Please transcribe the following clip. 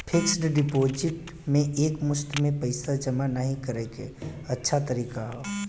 fixed deposit में एक मुश्त में पइसा जमा नाहीं करे क अच्छा तरीका हौ